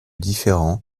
différents